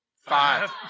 five